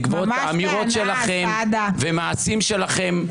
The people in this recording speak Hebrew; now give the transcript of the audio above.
בעקבות אמירות שלכם ומעשים שלכם,